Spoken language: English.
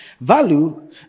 Value